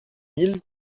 mille